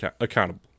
accountable